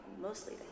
mostly